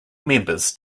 members